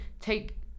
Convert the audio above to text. take